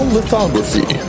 Lithography